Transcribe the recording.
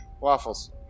Waffles